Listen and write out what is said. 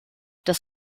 das